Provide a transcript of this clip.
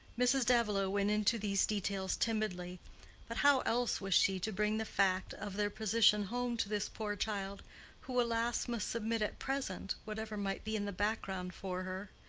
mrs. davilow went into these details timidly but how else was she to bring the fact of their position home to this poor child who, alas! must submit at present, whatever might be in the background for her?